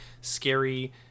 scary